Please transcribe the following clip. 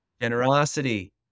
generosity